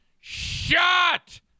Shut